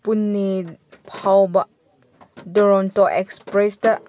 ꯄꯨꯅꯦ ꯐꯥꯎꯕ ꯗꯣꯔꯣꯟꯇꯣ ꯑꯦꯛꯁꯄ꯭ꯔꯦꯁꯇ